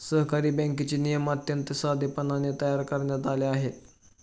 सहकारी बँकेचे नियम अत्यंत साधेपणाने तयार करण्यात आले आहेत